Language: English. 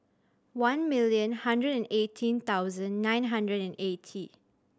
one million hundred and eighteen thousand nine hundred and eighty